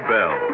Bell